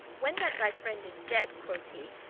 when that thy friend is dead quoth he,